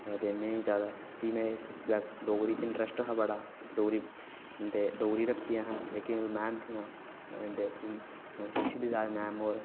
ते में जैदा भी में डोगरी च इंट्रैस्ट हा बड़ा डोगरी ते डोगरी रक्खी असें जेह्की मैम हियां शशि बजाज मैम होर